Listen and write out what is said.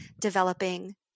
developing